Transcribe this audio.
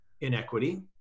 inequity